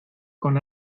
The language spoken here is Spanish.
con